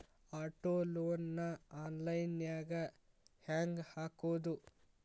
Auto loan ನ online ನ್ಯಾಗ್ ಹೆಂಗ್ ಹಾಕೊದು?